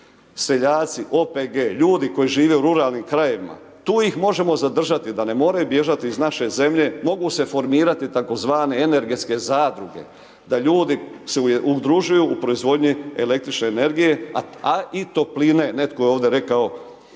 Seljaci, OPG, ljudi koji žive u ruralnim krajevima, tu ih možemo zadržati, da ne moraju bježati iz naše zemlje, mogu se formirati, tzv. energetske zadruge, da ljudi se udružuju u proizvodnji el. energije a i topline, netko je ovdje rekao,